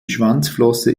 schwanzflosse